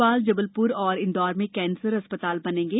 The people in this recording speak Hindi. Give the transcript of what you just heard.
भोपाल जबलप्र और इंदौर में कैंसर अस्पताल बनेंगे